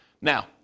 Now